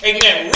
Amen